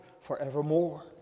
forevermore